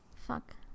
Fuck